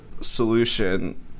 solution